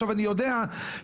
אני יודע שבעבר,